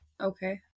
Okay